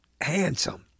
handsome